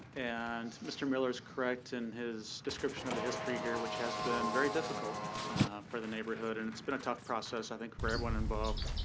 and mr. miller is correct in his description of the history here, which has been very difficult for the neighborhood. and it's been a tough process, i think, for everyone involved.